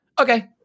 okay